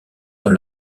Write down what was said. dans